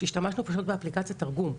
שהשתמשנו פשוט באפליקציית תרגום.